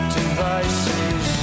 devices